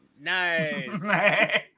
Nice